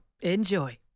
Enjoy